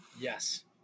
Yes